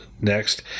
next